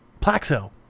Plaxo